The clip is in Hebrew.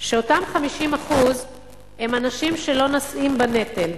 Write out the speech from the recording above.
שאותם 50% הם אנשים שלא נושאים בנטל,